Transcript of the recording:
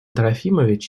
трофимович